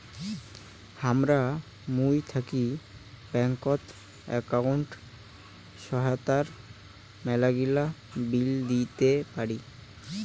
হামরা মুই থাকি ব্যাঙ্কত একাউন্টের সহায়তায় মেলাগিলা বিল দিতে পারি